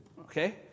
Okay